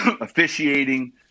officiating